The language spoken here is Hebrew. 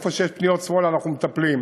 איפה שיש פניות שמאלה אנחנו מטפלים.